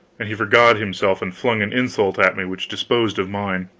and he forgot himself and flung an insult at me which disposed of mine.